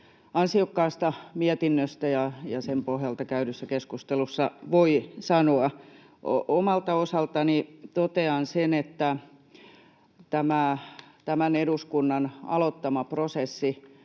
ansiokkaasta mietinnöstä sen pohjalta käydyssä keskustelussa voi sanoa. Omalta osaltani totean sen, että tämä tämän eduskunnan aloittama prosessi